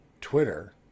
Twitter